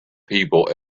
people